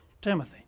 Timothy